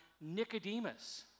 Nicodemus